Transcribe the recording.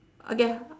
okay